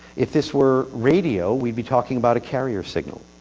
if this were radio, we'd be talking about a carrier signal.